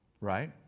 Right